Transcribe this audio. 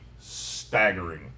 staggering